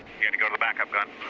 had to go to the back of gun.